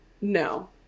No